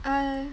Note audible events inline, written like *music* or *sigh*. *noise*